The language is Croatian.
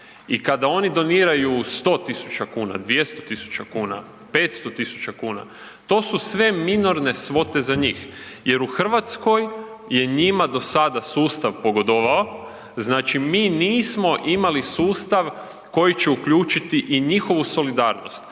i kada oni doniraju 100.000 kuna, 200.000 kuna, 500.000 kuna to su ve minorne svote za njih jer u Hrvatskoj je njima do sada sustav pogodovao. Znači mi nismo imali sustav koji će uključiti i njihovu solidarnost.